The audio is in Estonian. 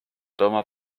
tooma